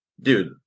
dude